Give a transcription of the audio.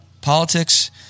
politics